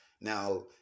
Now